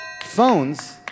Phones